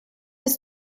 ist